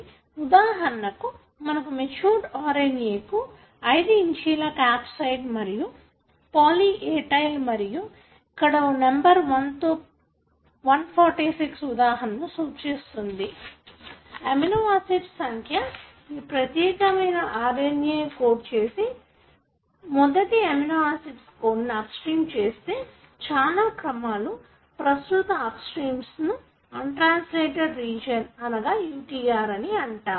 ఉదాహరణకు మనకు matured RNA కు 5' కాప్ సైడ్ మరియు పాలీ A టైల్ మరియు ఇక్కడ నెంబర్ 1 తో 146 ఉదాహరణను సూచిస్తుంది ఎమినో ఆసిడ్స్ సంఖ్య ఈ ప్రత్యేకమైన RNA కోడ్ చేసి మొదటి ఎమినో ఆసిడ్ కోడ్ ను అప్స్ట్రీమ్ చేస్తే చాల క్రమాలు ప్రస్తుత అప్స్ట్రీమ్ ను అన్ ట్రాన్సలేటడ్ రీజియన్ అనగా UTR అంటాము